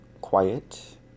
quiet